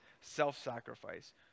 self-sacrifice